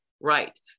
Right